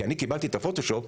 כשקיבלתי את הפוטושופ,